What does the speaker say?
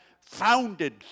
founded